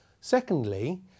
Secondly